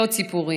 מאות סיפורים.